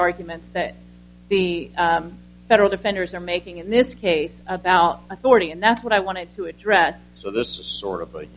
arguments that the federal defenders are making in this case about authority and that's what i wanted to address so this is sort of